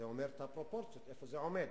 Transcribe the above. זה מראה את הפרופורציות איפה זה עומד.